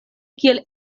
kiel